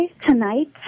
Tonight